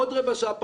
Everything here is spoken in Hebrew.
עוד רבע שעה,